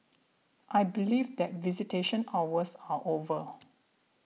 I believe that visitation hours are over